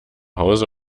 hause